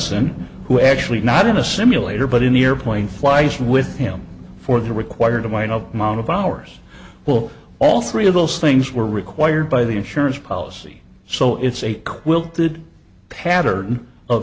son who actually not in a simulator but in the airplane flies with him for the required amount of amount of hours will all three of those things were required by the insurance policy so it's a quilted pattern of